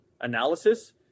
analysis